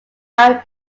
out